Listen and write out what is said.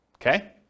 Okay